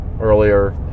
earlier